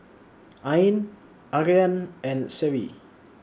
Ain Aryan and Seri